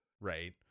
right